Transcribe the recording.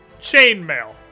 chainmail